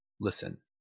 Listen